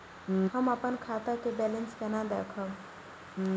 हम अपन खाता के बैलेंस केना देखब?